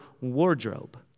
wardrobe